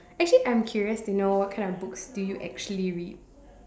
actually I'm curious to know what kind of books do you actually read